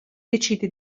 decide